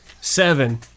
Seven